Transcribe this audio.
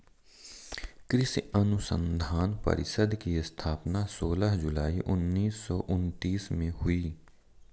कृषि अनुसंधान परिषद की स्थापना सोलह जुलाई उन्नीस सौ उनत्तीस में हुई